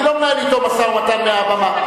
אני לא מנהל אתו משא-ומתן מהבמה.